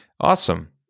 awesome